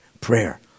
Prayer